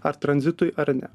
ar tranzitui ar ne